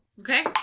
Okay